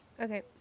Okay